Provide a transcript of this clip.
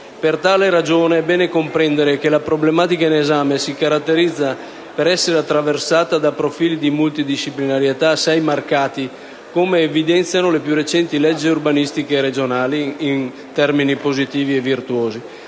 Per tale ragione è bene comprendere che la problematica in esame si caratterizza per essere attraversata da profili di multidisciplinarità assai marcati, come evidenziano le più recenti leggi urbanistiche regionali in termini positivi e virtuosi.